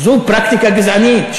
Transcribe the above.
זו פרקטיקה גזענית,